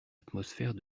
atmosphère